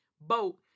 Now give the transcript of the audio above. boat